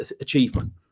achievement